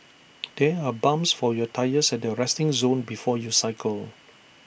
there are pumps for your tyres at the resting zone before you cycle